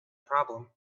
problem